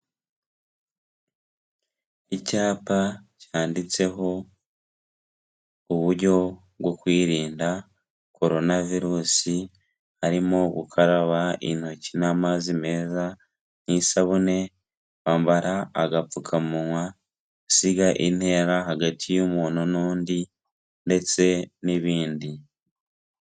Icyapa cyanditseho uburyo bwo kwirinda Corona virus, harimo gukaraba intoki n'amazi meza n'isabune, kwambara agapfukamunwa, gusiga intera hagati y'umuntu n'undi ndetse n'ibindi.